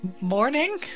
Morning